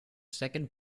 second